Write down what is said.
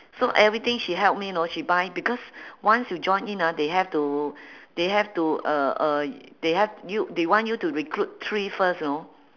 so everything she help me you know she buy because once you joined in ah they have to they have to uh uh they have you they want you to recruit three first you know